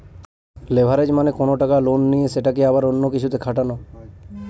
leverage মানে কোনো টাকা লোনে নিয়ে সেটাকে আবার অন্য কিছুতে খাটানো